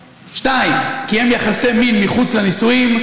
2. קיים יחסי מין מחוץ לנישואים,